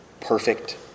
perfect